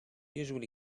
usually